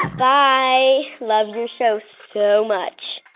bye. love your show so much